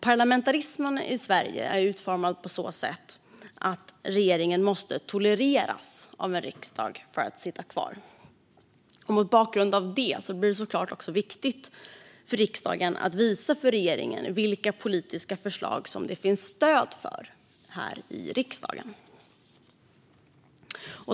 Parlamentarismen i Sverige är utformad så att regeringen måste tolereras av riksdagen för att få sitta kvar. Mot bakgrund av det blir det självfallet viktigt för riksdagen att visa för regeringen vilka politiska förslag det finns stöd för i riksdagen.